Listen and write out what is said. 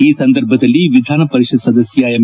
ಈ ಸಂದರ್ಭದಲ್ಲಿ ವಿಧಾನಪರಿಷತ್ ಸದಸ್ಯ ಎಂ